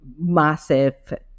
massive